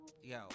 Yo